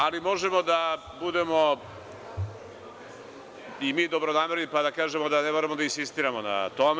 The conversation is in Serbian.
Ali, možemo da budemo i mi dobronamerni, pa da kažemo da ne moramo da insistiramo na tome.